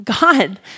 God